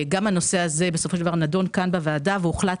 גם הנושא הזה נדון כאן בוועדה והוחלט